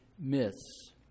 myths